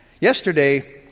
Yesterday